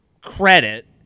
credit